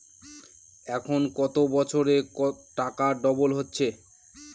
এখন কত বছরে টাকা ডবল হচ্ছে?